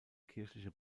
kirchliche